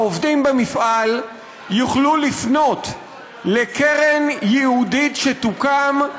העובדים במפעל יוכלו לפנות לקרן ייעודית, שתוקם,